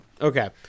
okay